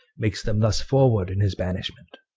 makes them thus forward in his banishment.